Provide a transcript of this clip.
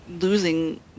losing